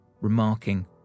remarking